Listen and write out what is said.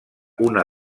una